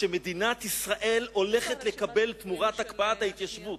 שמדינת ישראל הולכת לקבל תמורת הקפאת ההתיישבות.